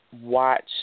watch